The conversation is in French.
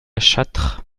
châtre